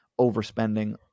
overspending